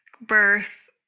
birth